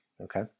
Okay